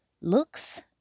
looks